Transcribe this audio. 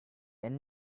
and